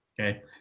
okay